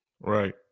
right